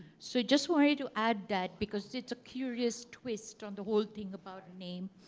so just wanted to add that because it's a curious twist on the whole thing about name.